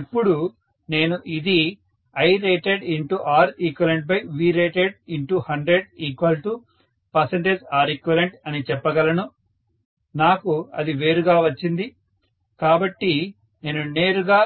ఇప్పుడు నేను ఇది IratedReqVrated100Req అని చెప్పగలను నాకు అది నేరుగా వచ్చింది కాబట్టి నేను నేరుగా